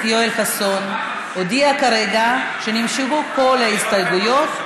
יואל חסון הודיע כרגע שנמשכו כל ההסתייגויות.